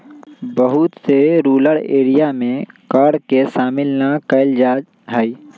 बहुत से rural area में कर के शामिल ना कइल जा हई